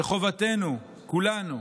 וחובתנו כולנו,